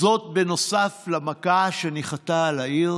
זאת בנוסף למכה שניחתה על העיר